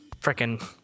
freaking